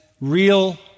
real